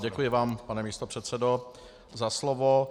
Ano, děkuji vám, pane místopředsedo, za slovo.